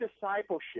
discipleship